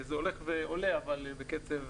זה הולך ועולה אבל בקצב